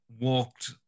walked